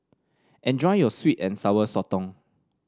enjoy your sweet and Sour Sotong